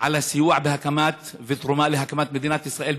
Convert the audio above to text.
על הסיוע והתרומה להקמת מדינת ישראל,